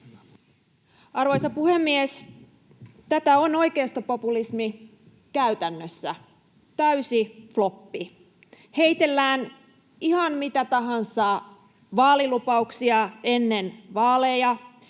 Arvoisa puhemies! Tätä on oikeistopopulismi käytännössä — täysi floppi. Heitellään ihan mitä tahansa vaalilupauksia ennen vaaleja